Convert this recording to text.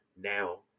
Now